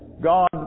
God